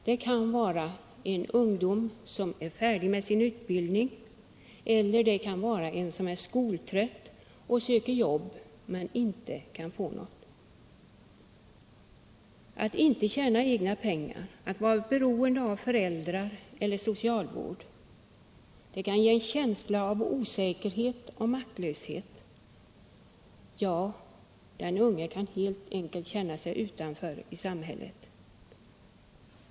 Det kan vara en ungdom som är färdig med sin utbildning eller en som är skoltrött och söker jobb men inte kan få något. Att inte tjäna egna pengar, att vara beroende av föräldrar eller socialvård kan ge en känsla av osäkerhet och maktlöshet, ja, den unge kan helt enkelt känna sig utanför i samhället.